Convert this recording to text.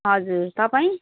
हजुर तपाईँ